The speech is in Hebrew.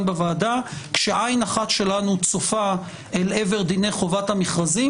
בוועדה כשעין אחת שלנו צופה אל עבר דיני חובת המכרזים